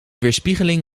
weerspiegeling